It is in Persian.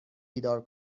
بیدار